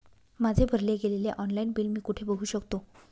माझे भरले गेलेले ऑनलाईन बिल मी कुठे बघू शकतो?